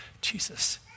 Jesus